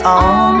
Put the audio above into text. on